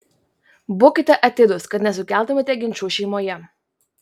būkite atidūs kad nesukeltumėte ginčų šeimoje